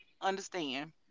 Understand